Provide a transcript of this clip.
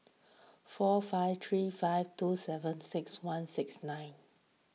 four five three five two seven six one six nine